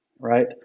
Right